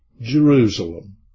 Jerusalem